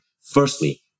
Firstly